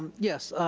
yes,